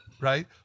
right